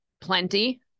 plenty